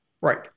Right